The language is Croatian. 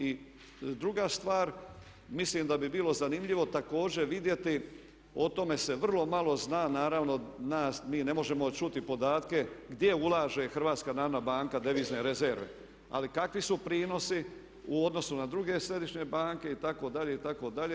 I druga stvar, mislim da bi bilo zanimljivo također vidjeti, o tome se vrlo malo zna, naravno mi ne možemo čuti podatke gdje ulaže HNB devizne rezerve ali kakvi su prinosi u odnosu na druge središnje banke itd., itd.